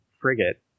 frigate